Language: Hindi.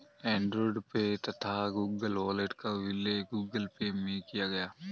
एंड्रॉयड पे तथा गूगल वॉलेट का विलय गूगल पे में किया गया